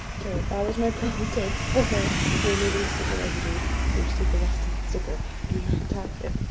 okay, that was my pro tip for her we're removing a sticker residue you just take the rest of the sticker and you attack it